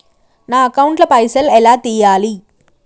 నా అకౌంట్ ల పైసల్ ఎలా తీయాలి?